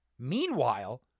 Meanwhile